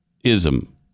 ism